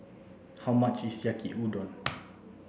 how much is Yaki Udon